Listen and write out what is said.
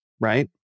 right